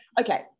Okay